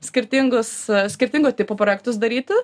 skirtingus skirtingo tipo projektus daryti